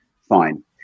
fine